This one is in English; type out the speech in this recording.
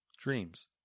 Dreams